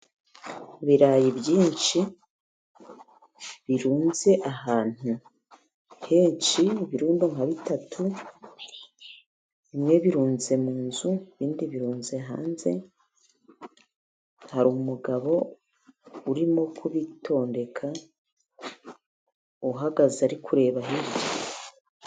Ibirayi byinshi birunze ahantu henshi, ibirundo nka bitatu bimwe birunze mu nzu, ibindi birunze hanze, hari umugabo urimo kubitondeka uhagaze ari kureba hirya.